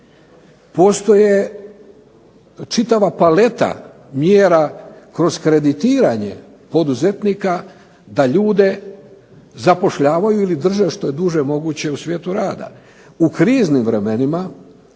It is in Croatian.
Postoje čitava paleta mjera kroz kreditiranje poduzetnika da ljude zapošljavaju ili drže što je duže moguće u svijetu rada.